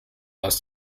aus